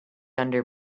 under